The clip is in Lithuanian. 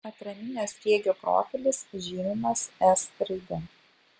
atraminio sriegio profilis žymimas s raide